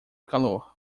calor